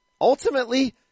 Ultimately